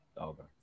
Okay